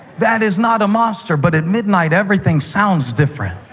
that is not a monster. but at midnight everything sounds different.